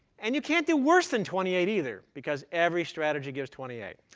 and you can't do worse than twenty eight, either. because every strategy gives twenty eight.